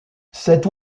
cet